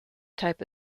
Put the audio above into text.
type